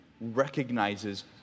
recognizes